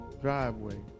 driveway